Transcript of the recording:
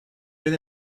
been